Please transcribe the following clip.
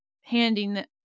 handing